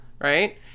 right